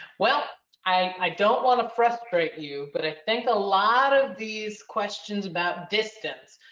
well, i don't want to frustrate you, but i think a lot of these questions about distance,